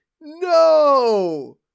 No